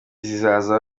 zizaza